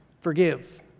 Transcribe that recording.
Forgive